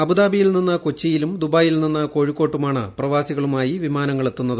അബുദാബിയിൽ നിന്ന് കൊച്ചിയിലും ദുബായിൽ നിന്ന് കോഴിക്കോട്ടുമാണ് പ്രവാസികളുമായി വിമാനങ്ങൾ എത്തുന്നത്